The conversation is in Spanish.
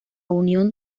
unión